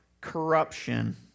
corruption